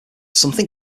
something